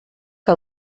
que